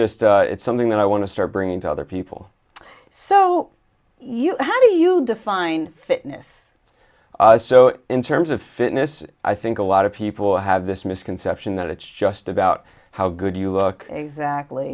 just it's something that i want to start bringing to other people so you know how do you define fitness so in terms of fitness i think a lot of people have this misconception that it's just about how good you look exactly